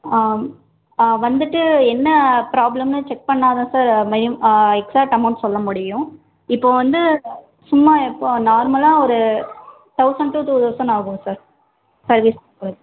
வந்துவிட்டு என்ன ப்ராப்ளம்னு செக் பண்ணிணா தான் சார் எக்ஸாக்ட் அமௌண்ட் சொல்ல முடியும் இப்போது வந்து சும்மா இப்போ நார்மலாக ஒரு தௌசண்ட் டு டூ தௌசண்ட் ஆகும் சார் சர்வீஸ்க்கு